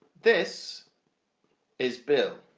this is bill